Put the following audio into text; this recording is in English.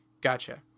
Gotcha